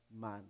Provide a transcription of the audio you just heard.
man